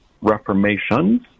Reformations